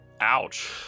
Ouch